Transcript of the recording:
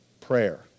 prayer